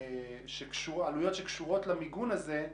עלויות שקשורות למיגון הזה,